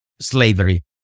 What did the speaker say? slavery